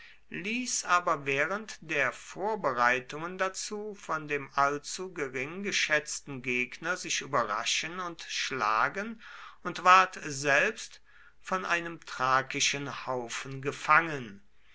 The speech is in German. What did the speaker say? ließ aber während der vorbereitungen dazu von dem allzu gering geschätzten gegner sich überraschen und schlagen und ward selbst von einem thrakischen haufen gefangen